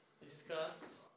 discuss